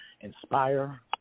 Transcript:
inspire